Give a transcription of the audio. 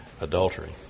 adultery